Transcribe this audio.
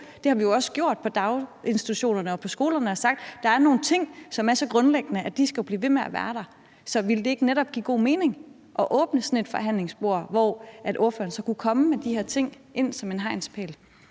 Det har vi jo også gjort på daginstitutionsområdet og skoleområdet, hvor vi har sagt, at der er nogle ting, som er så grundlæggende, at de skal blive ved med at være der. Så ville det ikke netop give god mening at åbne for, at man kan komme til forhandlingsbordet, hvor ordføreren så kunne komme med de her ting som en hegnspæl?